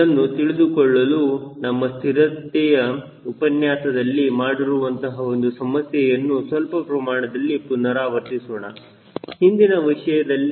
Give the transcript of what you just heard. ಇದನ್ನು ತಿಳಿದುಕೊಳ್ಳಲು ನಮ್ಮ ಸ್ಥಿರತೆಯ ಉಪನ್ಯಾಸದಲ್ಲಿ ಮಾಡಿರುವಂತಹ ಒಂದು ಸಮಸ್ಯೆಯನ್ನು ಸ್ವಲ್ಪ ಪ್ರಮಾಣದಲ್ಲಿ ಪುನರಾವರ್ತಿಸೋಣ ಹಿಂದಿನ ವಿಷಯದಲ್ಲಿ